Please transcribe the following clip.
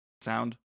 sound